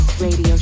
Radio